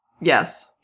yes